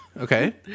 Okay